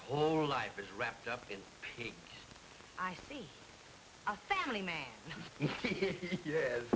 whole life is wrapped up in pete i see a family man yes